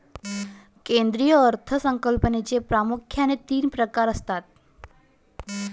केंद्रीय अर्थ संकल्पाचे प्रामुख्याने तीन प्रकार असतात